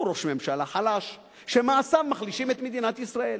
הוא ראש ממשלה חלש שמעשיו מחלישים את מדינת ישראל.